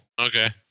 Okay